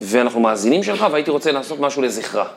ואנחנו מאזינים שלך והייתי רוצה לעשות משהו לזכרה.